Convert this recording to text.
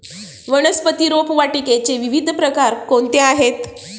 वनस्पती रोपवाटिकेचे विविध प्रकार कोणते आहेत?